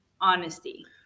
honesty